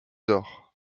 dore